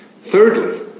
Thirdly